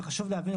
וחשוב להבין,